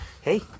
hey